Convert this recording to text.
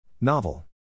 Novel